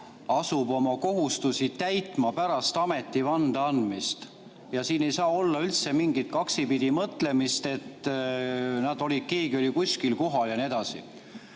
asub oma kohustusi täitma pärast ametivande andmist. Siin ei saa olla üldse mingit kaksipidi mõtlemist, et keegi oli kuskil kohal ja nii edasi.